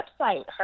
website